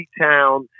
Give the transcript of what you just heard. town